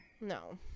No